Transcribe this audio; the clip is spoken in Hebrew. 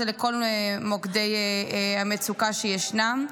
זה לכל מוקדי המצוקה שישנם.